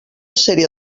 sèrie